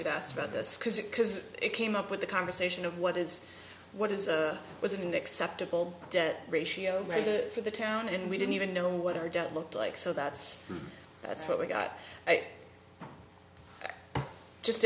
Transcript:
had asked about this because it because it came up with the conversation of what is what is a president acceptable debt ratio made it for the town and we didn't even know what our debt looked like so that's that's what we got it just